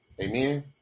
Amen